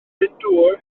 glyndŵr